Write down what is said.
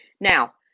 Now